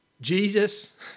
Jesus